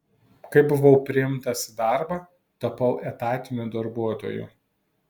kai buvau priimtas į darbą tapau etatiniu darbuotoju